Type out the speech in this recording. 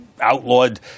outlawed